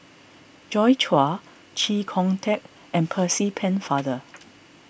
Joi Chua Chee Kong Tet and Percy Pennefather